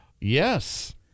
Yes